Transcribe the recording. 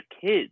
kids